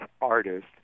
artist